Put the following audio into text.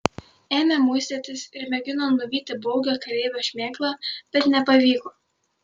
ėmė muistytis ir mėgino nuvyti baugią kareivio šmėklą bet nepavyko